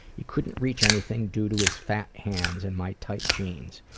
he couldn't reach anything due to his fat hands and my tight jeans.